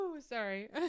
Sorry